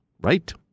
right